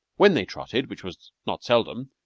when they trotted, which was not seldom,